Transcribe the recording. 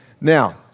Now